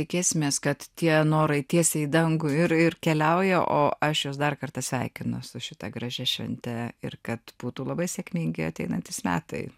tikėsimės kad tie norai tiesiai į dangų ir ir keliauja o aš juos dar kartą sveikinu su šita gražia švente ir kad būtų labai sėkmingi ateinantys metai